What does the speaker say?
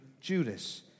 Judas